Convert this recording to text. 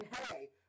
hey